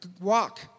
walk